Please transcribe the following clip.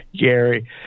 Gary